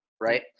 Right